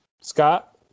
Scott